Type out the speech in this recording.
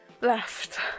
Left